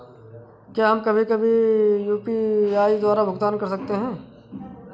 क्या हम कभी कभी भी यू.पी.आई द्वारा भुगतान कर सकते हैं?